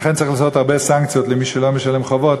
לכן צריך לעשות הרבה סנקציות על מי שלא משלם חובות,